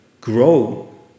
grow